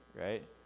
right